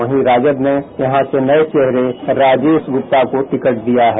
वहीं राजद ने यहां से नये चेहरे राजेश गुप्ता को टिकट दिया है